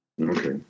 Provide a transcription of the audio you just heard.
Okay